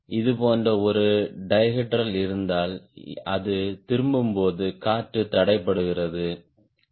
இது இங்கே ஒரு ஹை விங் காண்பைகுரேஷன் பொதுவான லோ விங் காண்பைகுரேஷன் விங் பங்களிப்பைப் பொருத்தவரை இது பக்கவாட்டாக நிலையற்றதாக இருக்கும் தன்மையைக் கொண்டுள்ளது